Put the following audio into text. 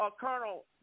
Colonel